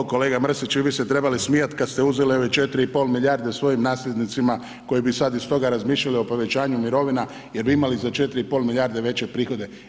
O kolega Mrsiću i vi ste se trebali smijati kada ste uzeli one 4,5 milijarde svojim nasljednicima koji bi sada iz toga razmišljali o povećanju mirovina jer bi imali za 4,5 milijarde veće prihode.